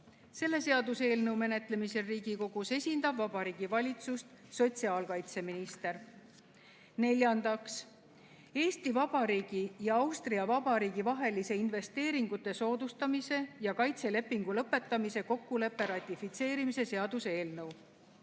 Selle seaduseelnõu menetlemisel Riigikogus esindab Vabariigi Valitsust sotsiaalkaitseminister. Neljandaks, Eesti Vabariigi ja Austria Vabariigi vahelise investeeringute soodustamise ja kaitse lepingu lõpetamise kokkuleppe ratifitseerimise seaduse eelnõu.